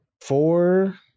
four